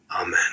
Amen